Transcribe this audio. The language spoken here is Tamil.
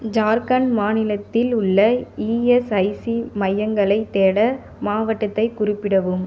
ஜார்க்கண்ட் மாநிலத்தில் உள்ள இஎஸ்ஐசி மையங்களைத் தேட மாவட்டத்தைக் குறிப்பிடவும்